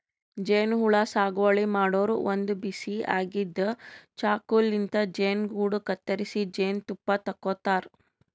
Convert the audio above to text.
ಜೇನಹುಳ ಸಾಗುವಳಿ ಮಾಡೋರು ಒಂದ್ ಬಿಸಿ ಆಗಿದ್ದ್ ಚಾಕುಲಿಂತ್ ಜೇನುಗೂಡು ಕತ್ತರಿಸಿ ಜೇನ್ತುಪ್ಪ ತಕ್ಕೋತಾರ್